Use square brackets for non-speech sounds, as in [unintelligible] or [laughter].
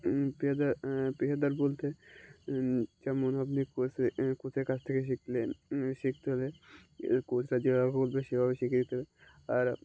পেহদার [unintelligible] বলতে যেমন আপনি কোচে কোচের কাছ থেকে শিখলেন শিখতে হলে কোচরা যেভাবে বলবে সেভাবে শিখিয়ে দিতে আর